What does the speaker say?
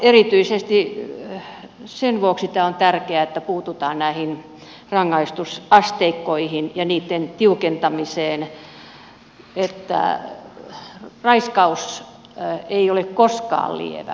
erityisesti sen vuoksi tämä on tärkeää että puututaan näihin rangaistusasteikkoihin ja niitten tiukentamiseen että raiskaus ei minun mielestäni ole koskaan lievä